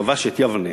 שכבש את יבנה.